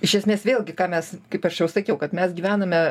iš esmės vėlgi ką mes kaip aš jau sakiau kad mes gyvename